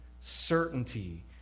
certainty